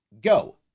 go